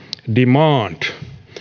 demand